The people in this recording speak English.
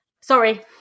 Sorry